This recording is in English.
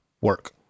work